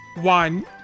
One